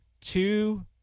two